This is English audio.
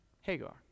Hagar